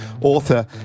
author